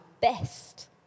best